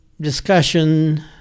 discussion